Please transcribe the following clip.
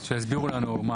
שיסבירו לנו מה